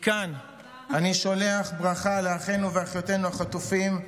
מכאן אני שולח ברכה לאחינו ואחיותינו החטופים,